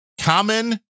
common